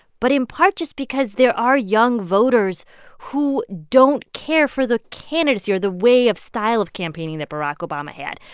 but in part just because there are young voters who don't care for the candidacy or the way of style of campaigning that barack obama had.